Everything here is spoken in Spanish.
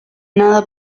nada